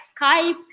Skype